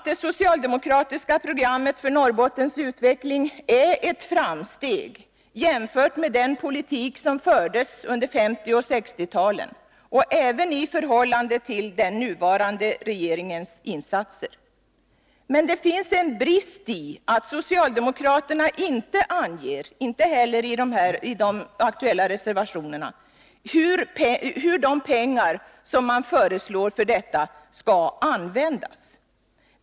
Det socialdemokratiska programmet för Norrbottens utveckling är ett framsteg jämfört med den politik som fördes under 1950 och 1960-talen och även förhållande till den nuvarande regeringens insatser. Men det är en brist att socialdemokraterna inte anger — inte heller i de aktuella reservationerna — hur de pengar som man föreslår för detta skall användas.